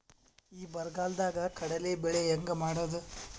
ಈ ಬರಗಾಲದಾಗ ಕಡಲಿ ಬೆಳಿ ಹೆಂಗ ಮಾಡೊದು?